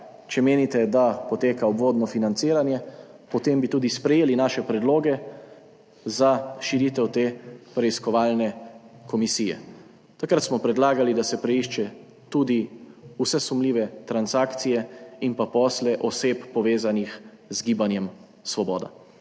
če menite, da poteka obvodno financiranje, potem bi tudi sprejeli naše predloge za širitev te preiskovalne komisije. Takrat smo predlagali, da se preišče tudi vse sumljive transakcije in posle oseb, povezanih z Gibanjem Svoboda.